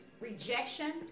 rejection